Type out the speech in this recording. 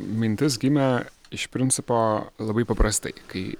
mintis gimė iš principo labai paprastai kai